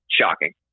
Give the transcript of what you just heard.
shocking